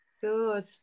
Good